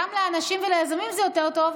גם לאנשים וליזמים זה יותר טוב,